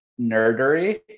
nerdery